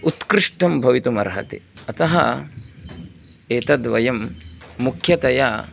उत्कृष्टं भवितुमर्हति अतः एतद्वयं मुख्यतया